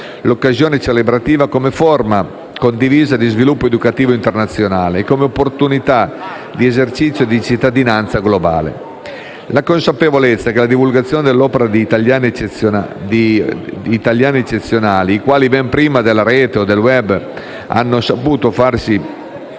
l'occasione celebrativa come forma condivisa di sviluppo educativo internazionale e come opportunità di esercizio di cittadinanza globale. La consapevolezza della divulgazione dell'opera di italiani eccezionali, i quali ben prima della Rete o del *web* hanno saputo farsi